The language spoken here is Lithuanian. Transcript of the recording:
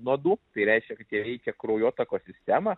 nuodų tai reiškia kad jie veikia kraujotakos sistemą